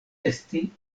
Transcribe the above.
esti